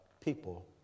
people